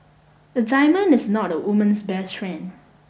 a diamond is not a woman's best friend